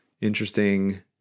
Interesting